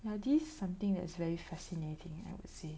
ya this is something that is very fascinating I would say